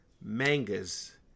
Mangas